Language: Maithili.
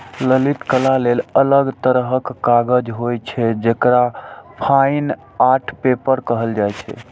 ललित कला लेल अलग तरहक कागज होइ छै, जेकरा फाइन आर्ट पेपर कहल जाइ छै